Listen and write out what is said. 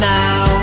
now